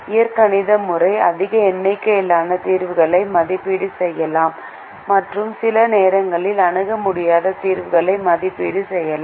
இயற்கணித முறை அதிக எண்ணிக்கையிலான தீர்வுகளை மதிப்பீடு செய்யலாம் மற்றும் சில நேரங்களில் அணுக முடியாத தீர்வுகளை மதிப்பீடு செய்யலாம்